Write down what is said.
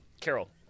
Carol